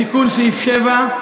תיקון סעיף 7,